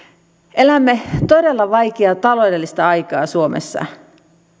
elämme todella vaikeaa taloudellista aikaa suomessa